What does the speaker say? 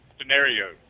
scenarios